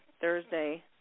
Thursday